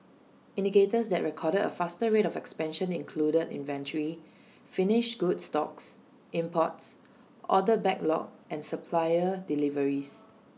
indicators that recorded A faster rate of expansion included inventory finished goods stocks imports order backlog and supplier deliveries